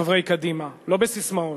חברי קדימה, לא בססמאות.